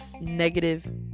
negative